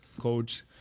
coach